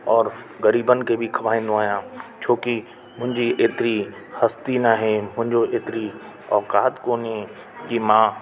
ओर ग़रीबन खे बि खाराईंदो आहियां छोकी मुंहिंजी एतिरी हस्ती न आहे मुंहिंजो हेतिरी औकात कोने की मां